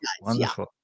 Wonderful